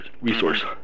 resource